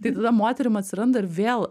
tai tada moterim atsiranda ir vėl